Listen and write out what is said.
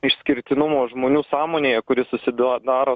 išskirtinumo žmonių sąmonėje kuri susidaro